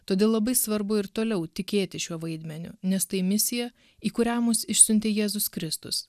todėl labai svarbu ir toliau tikėti šiuo vaidmeniu nes tai misija į kurią mus išsiuntė jėzus kristus